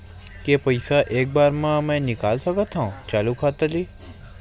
के पईसा एक बार मा मैं निकाल सकथव चालू खाता ले?